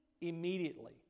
immediately